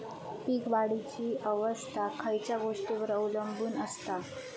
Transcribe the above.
पीक वाढीची अवस्था खयच्या गोष्टींवर अवलंबून असता?